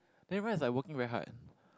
everyone is like working very hard